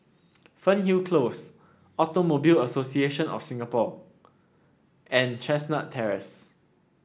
Fernhill Close Automobile Association of Singapore and Chestnut Terrace